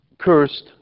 Cursed